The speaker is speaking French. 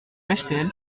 bechtel